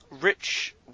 Rich